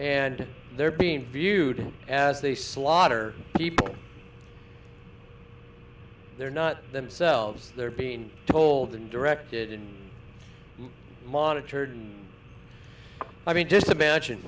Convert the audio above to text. and they're being viewed as they slaughter people they're not themselves they're being told and directed and monitored i mean just imagine